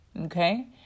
okay